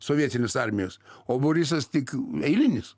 sovietinės armijos o borisas tik eilinis